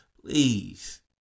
please